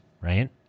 right